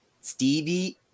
Stevie